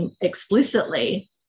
explicitly